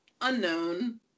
Unknown